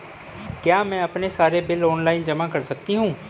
क्या मैं अपने सारे बिल ऑनलाइन जमा कर सकती हूँ?